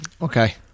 Okay